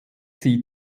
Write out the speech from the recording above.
sie